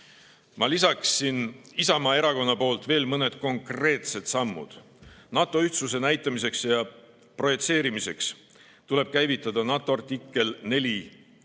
Ma lisaksin Isamaa Erakonna poolt veel mõned konkreetsed sammud. NATO ühtsuse näitamiseks ja projitseerimiseks tuleb käivitada konsultatsioonid